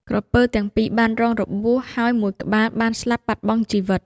ក្រពើទាំងពីរបានរងរបួស ហើយមួយក្បាលបានស្លាប់បាត់បង់ជីវិត។